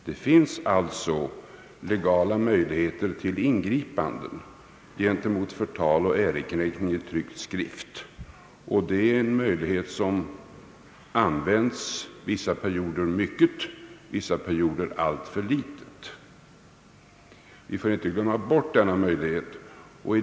Det finns alltså legala möjligheter till ingripanden mot förtal och ärekränkning i tryckt skrift. Denna möjlighet har vissa perioder använts mycket och vissa perioder alltför litet. Vi får inte glömma bort denna möjlighet.